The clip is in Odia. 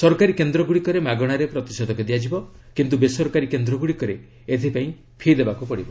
ସରକାରୀ କେନ୍ଦ୍ର ଗୁଡ଼ିକରେ ମାଗଣାରେ ପ୍ରତିଷେଧକ ଦିଆଯିବ କିନ୍ତୁ ବେସରକାରୀ କେନ୍ଦ୍ର ଗୁଡ଼ିକରେ ଏଥିପାଇଁ ଫି' ଦେବାକୁ ପଡ଼ିବ